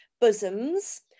bosoms